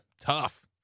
Tough